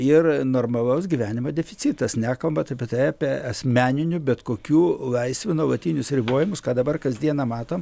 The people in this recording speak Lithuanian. ir normalaus gyvenimo deficitas nekalbant apie tai apie asmeninių bet kokių laisvių nuolatinius ribojimus ką dabar kasdieną matom